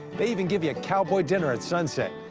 they even give you a cowboy dinner at sunset.